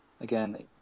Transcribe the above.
Again